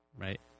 right